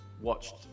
watched